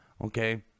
okay